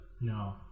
No